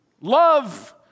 love